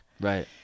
right